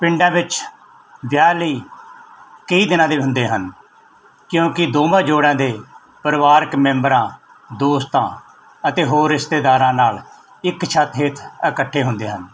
ਪਿੰਡਾਂ ਵਿੱਚ ਵਿਆਹ ਲਈ ਕਈ ਦਿਨਾਂ ਦੇ ਹੁੰਦੇ ਹਨ ਕਿਉਂਕਿ ਦੋਵਾਂ ਜੋੜਿਆਂ ਦੇ ਪਰਿਵਾਰਿਕ ਮੈਂਬਰਾਂ ਦੋਸਤਾਂ ਅਤੇ ਹੋਰ ਰਿਸ਼ਤੇਦਾਰਾਂ ਨਾਲ ਇੱਕ ਛੱਤ ਹੇਠ ਇਕੱਠੇ ਹੁੰਦੇ ਹਨ